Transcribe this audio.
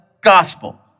gospel